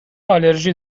آلرژی